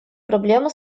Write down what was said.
проблемы